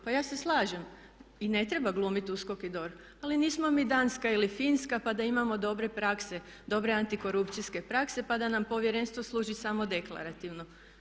Pa ja se slažem i ne treba glumiti USKOK i DORH, ali nismo mi Danska ili Finska pa da imamo dobre prakse, dobre antikorupcijske prakse pa da nam Povjerenstvo služi samo deklarativno.